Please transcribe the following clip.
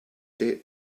date